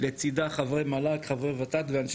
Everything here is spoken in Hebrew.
יש מערכות חינוך שניסו להתמודד עם השאלות האלה ואנחנו